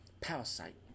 Parasite